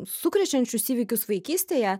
sukrečiančius įvykius vaikystėje